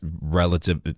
relative